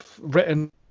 written